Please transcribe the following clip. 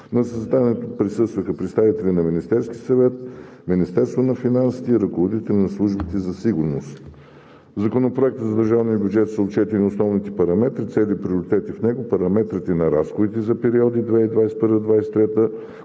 На заседанието присъстваха представители на Министерския съвет, на Министерството на финансите и ръководители на службите за сигурност. В Законопроекта за държавния бюджет са очертани основните параметри, цели и приоритети в него. Параметрите на разходите за периода 2021 – 2023 г.